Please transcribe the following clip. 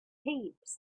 heaps